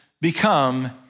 become